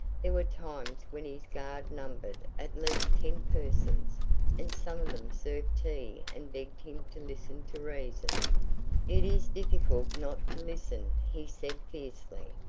there were times when his guard numbered at least ten persons and some of them served tea and begged him to listen to reason. it is difficult not to listen, he said fiercely.